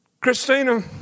Christina